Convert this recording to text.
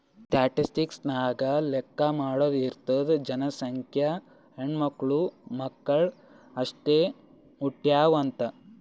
statistics ನಾಗ್ ಲೆಕ್ಕಾ ಮಾಡಾದು ಇರ್ತುದ್ ಜನಸಂಖ್ಯೆ, ಹೆಣ್ಮಕ್ಳು, ಮಕ್ಕುಳ್ ಎಸ್ಟ್ ಹುಟ್ಯಾವ್ ಅಂತ್